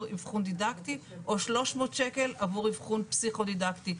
אבחון דידקטי או 300 שקל עבור אבחון פסיכודידקטי.